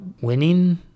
winning